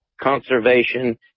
conservation